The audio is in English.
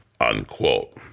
unquote